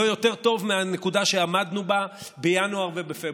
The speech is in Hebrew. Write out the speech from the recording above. לא יותר טוב מהנקודה שעמדנו בה בינואר ובפברואר.